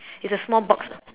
it's a small box